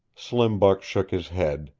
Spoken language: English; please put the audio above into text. slim buck shook his head,